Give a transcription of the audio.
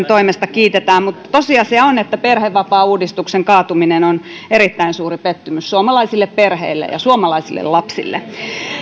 toimesta kiitetään mutta tosiasia on että perhevapaauudistuksen kaatuminen on erittäin suuri pettymys suomalaisille perheille ja suomalaisille lapsille